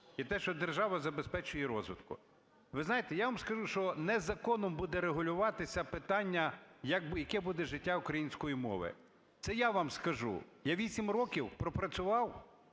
І те, що держава забезпечує її розвиток. Ви знаєте, я вам скажу, що не законом буде регулюватися питання, яке буде життя української мови. Це я вам скажу, я 8 років пропрацював,